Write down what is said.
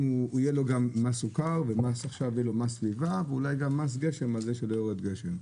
יהיה גם מס סוכר ומס --- ואולי גם מס גשם על זה שלא יורד גשם.